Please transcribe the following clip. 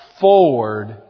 forward